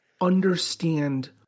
understand